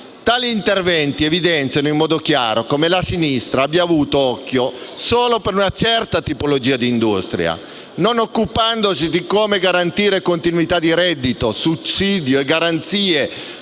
Tali interventi evidenziano in modo chiaro come la Sinistra abbia avuto occhio solo per una certa tipologia di industria, non occupandosi di come garantire continuità di reddito, sussidi e garanzie